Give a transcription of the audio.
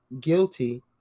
guilty